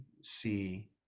see